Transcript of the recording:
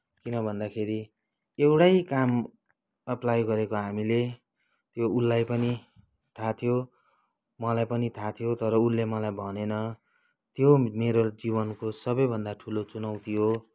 किनभन्दाखेरि एउटै काम अप्लाइ गरेको हामीले त्यो उसलाई पनि थाहा थियो मलाई पनि थाहा थियो तर उसले मलाई भनेनँ त्यो मेरो जीवनको सबैभन्दा ठुलो चुनौती हो